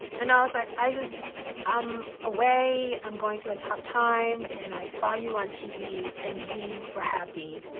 and i was like, i just i'm away. i'm going through a tough time, and i saw you on tv. and you were happy.